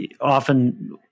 often